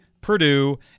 Purdue